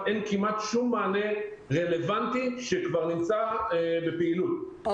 כרגע אין שום מענה רלוונטי שכבר נמצא בפעילות,